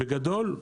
בגדול,